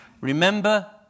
Remember